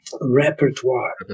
repertoire